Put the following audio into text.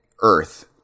Earth